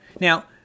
Now